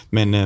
Men